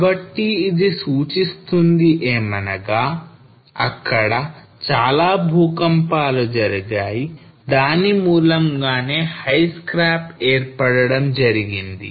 కాబట్టి ఇది సూచిస్తుంది ఏమనగా అక్కడ చాలా భూకంపాలు జరిగాయి దాని మూలంగానే high scarp ఏర్పడడం జరిగింది